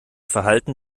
verhalten